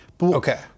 Okay